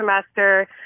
semester